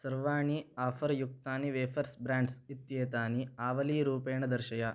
सर्वाणि आफ़र् युक्तानि wafers brands इत्येतानि आवलीरूपेण दर्शय